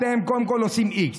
אתם, קודם כול, עושים איקס.